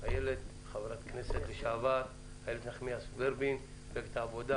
כחברת כנסת מטעם מפלגת העבודה